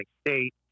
state